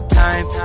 time